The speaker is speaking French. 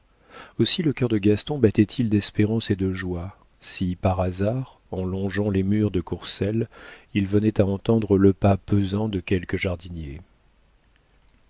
aussi le cœur de gaston battait il d'espérance et de joie si par hasard en longeant les murs de courcelles il venait à entendre le pas pesant de quelque jardinier